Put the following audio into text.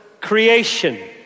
creation